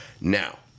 Now